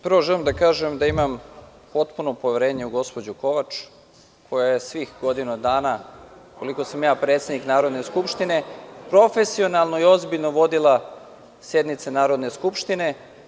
Prvo, želim da kažem da imam potpuno poverenje u gospođu Kovač, koja je svih godinu dana, koliko sam predsednik Narodne skupštine, profesionalno i ozbiljno vodila sednice Narodne skupštine.